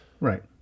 Right